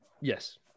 Yes